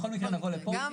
גם